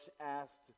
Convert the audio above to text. asked